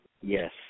Yes